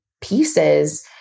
pieces